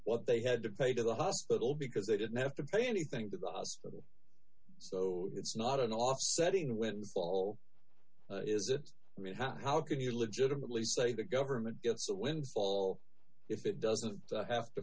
what they had to pay to the hospital because they didn't have to pay anything to the hospital so it's not an offsetting windfall is d it really how can you legitimately say the government gets a windfall if it doesn't have to